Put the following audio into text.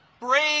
Brave